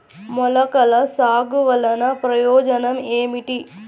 మొలకల సాగు వలన ప్రయోజనం ఏమిటీ?